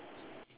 ya